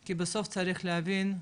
כי בסוף צריך להבין,